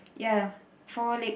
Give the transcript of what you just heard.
ya four leg